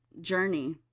Journey